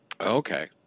Okay